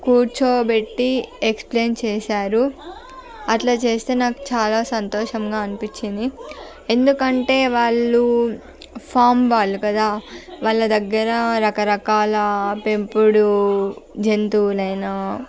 కూర్చోబెట్టి ఎక్స్ప్లేన్ చేశారు అలా చేస్తే నాకు చాలా సంతోషంగా అనిపించింది ఎందుకంటే వాళ్ళు ఫామ్ వాళ్ళు కదా వాళ్ళ దగ్గర రకరకాల పెంపుడు జంతువులైన